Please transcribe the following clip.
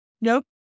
nope